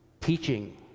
teaching